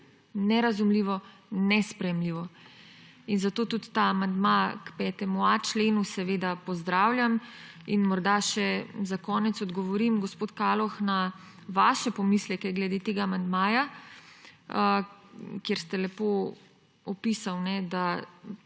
Nerazumljivo, nesprejemljivo. Zato tudi ta amandma k 5.a členu seveda pozdravljam. Za konec morda še odgovorim, gospod Kaloh, na vaše pomisleke glede tega amandmaja, kjer ste lepo opisali, da